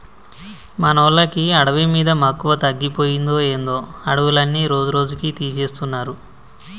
మనోళ్ళకి అడవి మీద మక్కువ తగ్గిపోయిందో ఏందో అడవులన్నీ రోజురోజుకీ తీసేస్తున్నారు